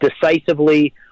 decisively